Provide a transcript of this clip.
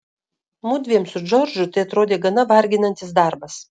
mudviem su džordžu tai atrodė gana varginantis darbas